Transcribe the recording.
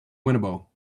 winnabow